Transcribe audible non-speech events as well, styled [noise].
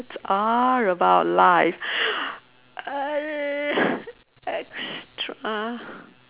it's all about life [breath] err extra